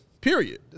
period